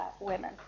women